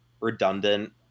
Redundant